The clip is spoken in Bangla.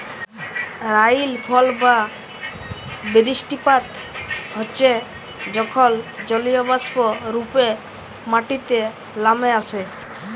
রাইলফল বা বিরিস্টিপাত হচ্যে যখল জলীয়বাষ্প রূপে মাটিতে লামে আসে